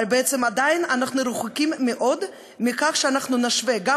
אבל אנחנו עדיין רחוקים מאוד מכך שאנחנו נשווה גם